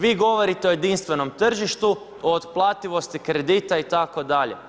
Vi govorite o jedinstvenom tržištu o otplatljivosti kredita itd.